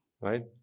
right